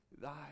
thy